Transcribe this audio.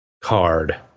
card